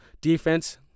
defense